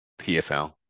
PFL